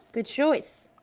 good choice,